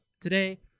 today